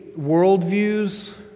worldviews